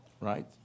Right